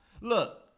Look